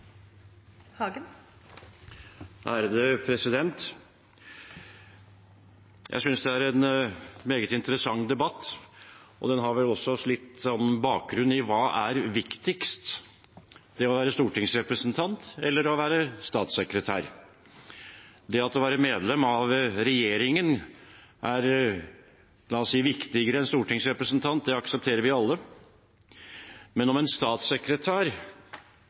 en meget interessant debatt. Den har vel også litt bakgrunn i spørsmålet hva som er viktigst – å være stortingsrepresentant eller å være statssekretær. At det å være medlem av regjeringen er viktigere enn å være stortingsrepresentant, aksepterer vi alle, men om en statssekretær